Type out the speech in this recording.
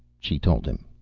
she told him.